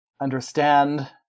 understand